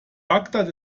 bagdad